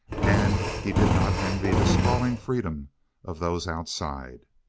and he did not envy the sprawling freedom of those outside.